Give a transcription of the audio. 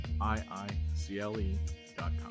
iicle.com